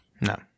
no